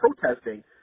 protesting